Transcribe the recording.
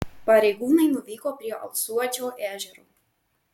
pareigūnai nuvyko prie alsuodžio ežero